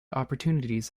opportunities